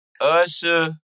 Usher